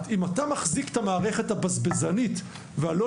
אם אתה מחזיק את המערכת הבזבזנית והלא